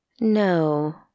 No